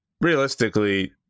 realistically